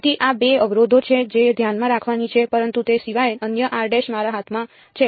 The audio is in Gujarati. તેથી આ 2 અવરોધો છે જે ધ્યાનમાં રાખવાની છે પરંતુ તે સિવાય અન્ય મારા હાથમાં છે